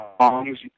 songs